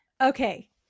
Okay